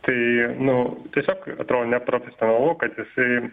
tai nu tiesiog atrodo neprofesionalu kad jisai